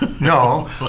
No